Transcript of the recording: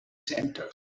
center